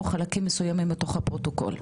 או חלקים מסוימים מתוך הפרוטוקול.